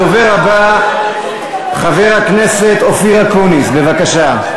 הדובר הבא, חבר הכנסת אופיר אקוניס, בבקשה.